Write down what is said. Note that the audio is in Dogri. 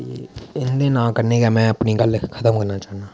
इं'दे नांऽ कन्नै गै में अपनी गल्ल समाप्त करना चाह्न्नां